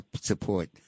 support